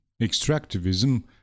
Extractivism